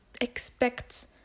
expect